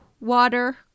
water